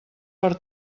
per